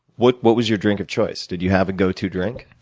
what what was your drink of choice? did you have a go-to drink?